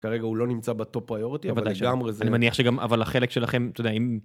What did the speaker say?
כרגע הוא לא נמצא בטופ-פריורטי, אבל לגמרי זה... - אני מניח שגם, אבל החלק שלכם, אתה יודע, אם...